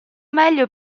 meglio